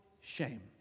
shame